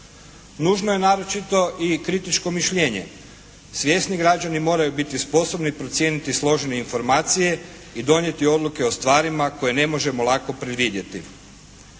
Nužno je naročito i kritičko mišljenje. Svjesni građani moraju biti sposobni procijeniti složene informacije i donijeti odluke o stvarima koje ne možemo lako predvidjeti.